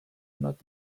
not